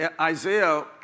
Isaiah